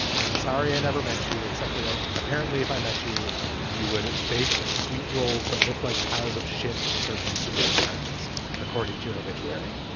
i'm sorry i never met you except for that. apparently if i met you you would bake sweet rolls that look like piles of shit and serve them to me at breakfast according to your obituary